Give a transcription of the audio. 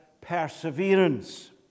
perseverance